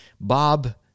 Bob